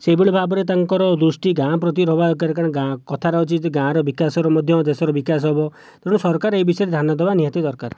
ସେହିଭଳି ଭାବରେ ତାଙ୍କର ଦୃଷ୍ଟି ଗାଁ ପ୍ରତି ରହିବା ଦରକାର କାହିଁକି ନା ଗାଁ କଥାରେ ଅଛି ଯେ ଗାଁର ବିକାଶର ମଧ୍ୟ ଦେଶର ବିକାଶ ହେବ ତେଣୁ ସରକାର ଏ ବିଷୟରେ ଧ୍ୟାନ ଦେବା ନିହାତି ଦରକାର